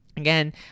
again